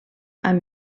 amb